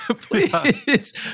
please